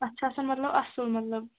اَتھ چھِ آسان مطلب اَصٕل مطلب